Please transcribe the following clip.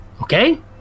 Okay